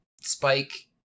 Spike